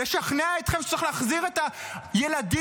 לשכנע אתכם שצריך להחזיר את הילדים,